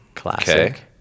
Classic